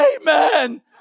Amen